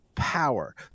power